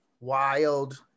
wild